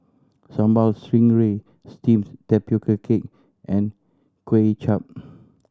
Sambal Stingray steamed tapioca cake and Kuay Chap